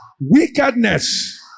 wickedness